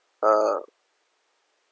uh